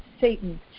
Satan